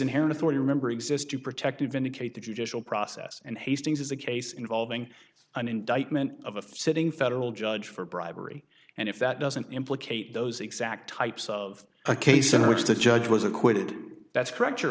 inherent authority remember exists to protect you vindicate the judicial process and hastings is a case involving an indictment of a sitting federal judge for bribery and if that doesn't implicate those exact types of a case in which the judge was acquitted that's correct